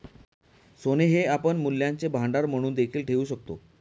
सोने हे आपण मूल्यांचे भांडार म्हणून देखील ठेवू शकतो